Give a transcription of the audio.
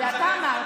אבל למה?